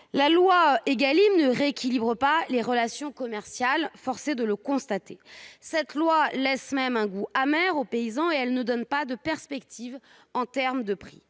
La loi Égalim ne rééquilibre pas les relations commerciales- force est de le constater. Cette loi laisse même un goût amer aux paysans et elle ne donne pas de perspectives en termes de prix.